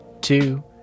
two